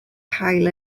cael